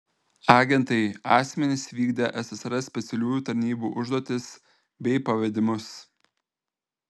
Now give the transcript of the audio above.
agentai asmenys vykdę ssrs specialiųjų tarnybų užduotis bei pavedimus